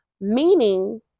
Meaning